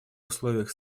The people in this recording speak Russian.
условиях